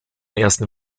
ersten